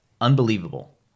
unbelievable